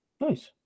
Nice